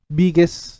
biggest